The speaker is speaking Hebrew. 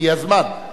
הגיע הזמן,